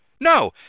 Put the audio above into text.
No